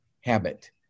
habit